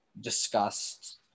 discussed